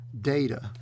data